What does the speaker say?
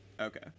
Okay